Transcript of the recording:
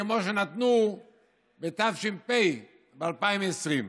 כמו שנתנו בתש"ף, ב-2020.